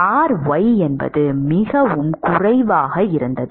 ry என்பது மிகவும் குறைவாக இருந்தது